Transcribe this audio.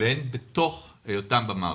והן בתוך היותם במערכת.